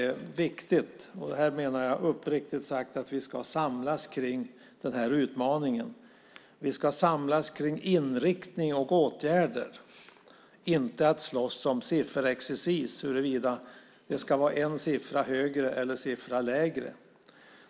Uppriktigt sagt är det viktigt att vi samlas kring denna utmaning. Vi ska samlas kring inriktning och åtgärder och inte slåss om sifferexercis och huruvida det ska vara en siffra högre eller lägre.